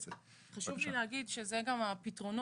חשוב לי להגיד שזה גם הפתרונות.